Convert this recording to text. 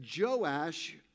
Joash